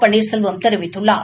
பன்னீர்செல்வம் தெரிவித்துள்ளார்